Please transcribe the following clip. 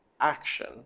action